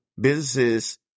businesses